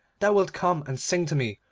thou wilt come and sing to me,